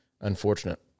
unfortunate